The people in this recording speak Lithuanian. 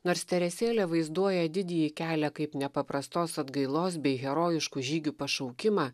nors teresėlė vaizduoja didįjį kelią kaip nepaprastos atgailos bei herojiškų žygių pašaukimą